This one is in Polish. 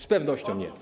Z pewnością nie.